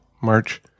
March